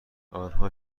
آنها